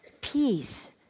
Peace